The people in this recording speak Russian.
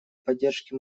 поддержке